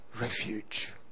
refuge